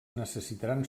necessitaran